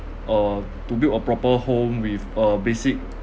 uh to build a proper home with a basic